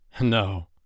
No